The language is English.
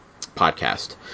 podcast